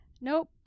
Nope